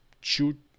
shoot